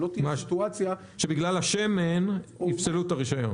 הוא שלא תהיה סיטואציה --- בגלל השמן יפסלו את הרישיון.